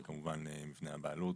אגב גם בבתי המרקחת,